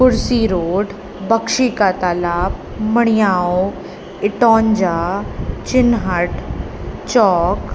कुर्सी रोड बक्षी का तालाब मणियाओ इटौंजा चिनहाट चौक